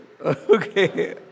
okay